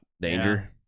danger